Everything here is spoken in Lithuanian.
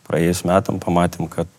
praėjus metam pamatėm kad